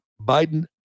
Biden